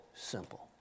simple